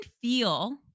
feel